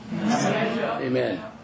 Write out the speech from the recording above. Amen